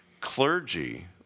clergy